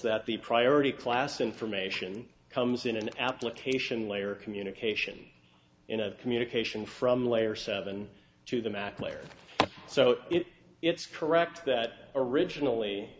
that the priority class information comes in an application layer communication in a communication from layer seven to the mac layer so it it's correct that originally